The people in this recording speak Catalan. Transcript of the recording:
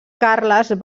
carles